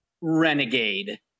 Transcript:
Renegade